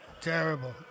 Terrible